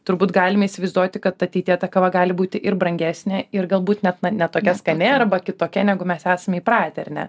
turbūt galime įsivaizduoti kad ateityje ta kava gali būti ir brangesnė ir galbūt net ne tokia skani arba kitokia negu mes esam įpratę ar ne